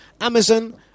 Amazon